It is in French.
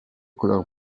couleur